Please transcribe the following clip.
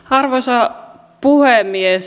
arvoisa puhemies